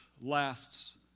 lasts